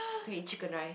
to eat Chicken Rice